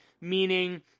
meaning